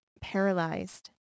paralyzed